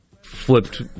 flipped